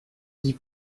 dis